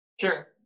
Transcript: Sure